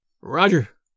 Roger